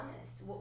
honest